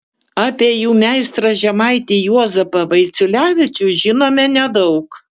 apie jų meistrą žemaitį juozapą vaiciulevičių žinome nedaug